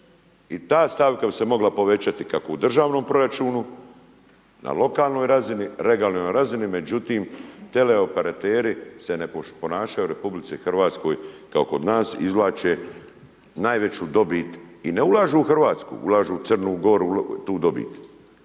i ta stavka bi se mogla povećati kako u državnom proračunu, na lokalnoj razini, regionalnoj razini, međutim, teleoperateri se ne ponašaju u RH kao kod nas i izvlače najveću dobi i ne ulažu u Hrvatsku, ulažu u Crnu Goru tu dobit.